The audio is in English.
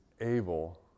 able